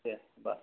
दे होनबा